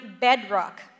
bedrock